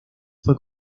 fue